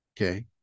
okay